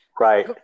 Right